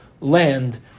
land